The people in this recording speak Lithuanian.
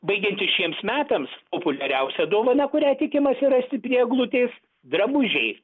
baigiantis šiems metams populiariausia dovana kurią tikimasi rasti prie eglutės drabužiai